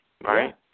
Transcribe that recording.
Right